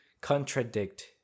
contradict